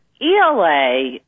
ELA